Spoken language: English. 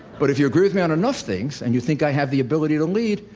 but if you agree with me on enough things, and you think i have the ability to lead,